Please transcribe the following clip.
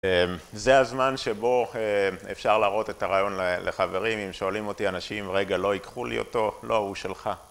זה הזמן שבו אפשר להראות את הרעיון לחברים. אם שואלים אותי אנשים, רגע, לא ייקחו לי אותו, לא, הוא שלך.